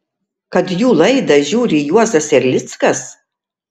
kad jų laidą žiūri juozas erlickas